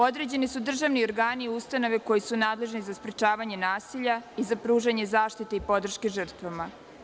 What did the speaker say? Određeni su državni organi i ustanove koji su nadležni za sprečavanje nasilja i za pružanje zaštite i podrške žrtvama.